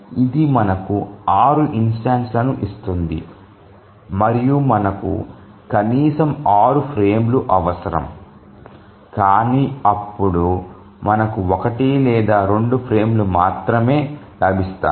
ఇది మనకు 6 ఇన్స్టెన్సులను ఇస్తుంది మరియు మనకు కనీసం 6 ఫ్రేమ్లు అవసరం కాని అప్పుడు మనకు 1 లేదా 2 ఫ్రేమ్లు మాత్రమే లభిస్తాయి